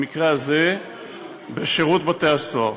במקרה הזה בשירות בתי-הסוהר.